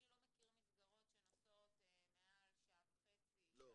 אני לא מכיר מסגרות שנוסעות מעל שעה וחצי, שעתיים.